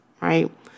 right